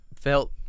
felt